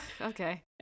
okay